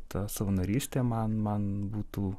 ta savanorystė man man būtų